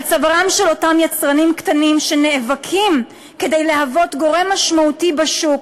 על צווארם של אותם יצרנים קטנים שנאבקים כדי להוות גורם משמעותי בשוק